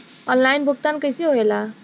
Online भुगतान कैसे होए ला?